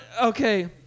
okay